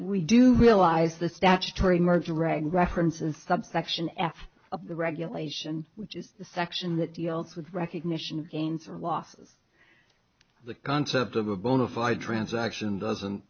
we do realize the statutory merger reg references subsection f of the regulation which is the section that deals with recognition gains or losses the concept of a bona fide transaction doesn't